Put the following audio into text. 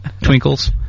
twinkles